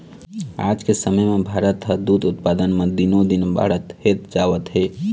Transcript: आज के समे म भारत ह दूद उत्पादन म दिनो दिन बाड़हते जावत हे